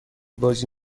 بازی